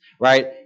right